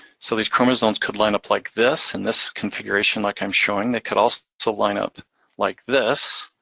so these chromosomes could line up like this, in this configuration like i'm showing. they could also so line up like this,